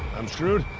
i'm screwed.